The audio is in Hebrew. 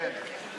כן.